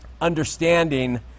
understanding